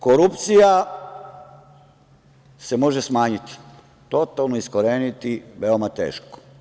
Korupcija se može smanjiti, totalno iskoreniti veoma teško.